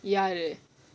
ya